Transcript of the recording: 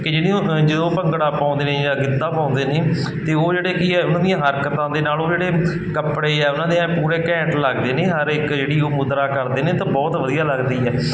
ਕੀ ਜਿਹੜੀਆਂ ਉਹ ਜਦੋਂ ਉਹ ਭੰਗੜਾ ਪਾਉਂਦੇ ਨੇ ਜਾਂ ਗਿੱਧਾ ਪਾਉਂਦੇ ਨੇ ਅਤੇ ਉਹ ਜਿਹੜੇ ਕੀ ਹੈ ਉਹਨਾਂ ਦੀਆਂ ਹਰਕਤਾਂ ਦੇ ਨਾਲ ਉਹ ਜਿਹੜੇ ਕੱਪੜੇ ਹੈ ਉਹਨਾਂ ਦੇ ਐਨ ਪੂਰੇ ਘੈਂਟ ਲੱਗਦੇ ਨੇ ਹਰ ਇੱਕ ਜਿਹੜੀ ਉਹ ਮੁਦਰਾਂ ਕਰਦੇ ਨੇ ਤਾਂ ਬਹੁਤ ਵਧੀਆ ਲੱਗਦੀ ਹੈ